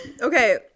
okay